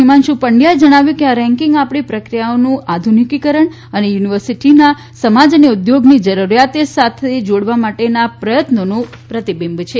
હિમાંશુ પંડ્યાએ જણાવ્યું હતું કે આ રેન્કિંગ આપણી પ્રક્રિયાઓનું આધુનિકીકરણ અને યુનિવર્સિટીના સમાજ અને ઉદ્યોગની જરૂરિયાતો સાથે જોડાવા માટેના યુનિવર્સિટીના પ્રયત્નોનું પ્રતિબિંબ છે